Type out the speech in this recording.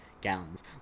gallons